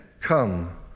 Come